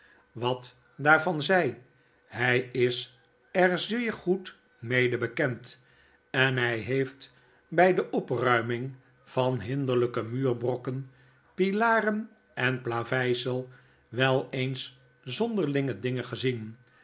reparation watdaarvan zy hy is er zeer goed mede bekend en hy heeft by de opruiming van hinderlyke muurbrokken pilaren en plavqisel wel eens zonderlinge dingen gezien